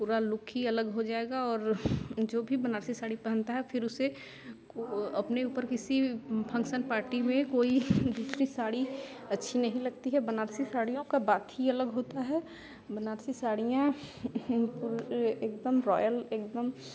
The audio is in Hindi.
पूरा लुक ही अलग हो जाएगा और जो भी बनारसी पहनता है फिर उसको अपने ऊपर किसी भी फन्क्शन पार्टी में कोई दूसरी साड़ी अच्छी नहीं लगती है बनारसी साड़ियों की बात ही अलग होती है बनारसी साड़ियाँ एकदम रॉयल एकदम